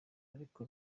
ariko